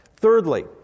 Thirdly